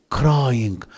crying